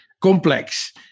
complex